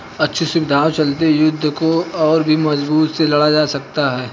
अच्छी सुविधाओं के चलते युद्ध को और भी मजबूती से लड़ा जा सकता था